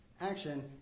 action